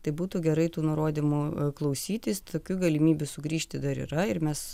tai būtų gerai tų nurodymų klausytis tokių galimybių sugrįžti dar yra ir mes